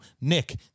Nick